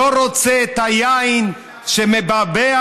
לא רוצה את היין שמבעבע,